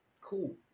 cool